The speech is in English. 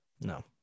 No